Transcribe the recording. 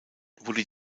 wurde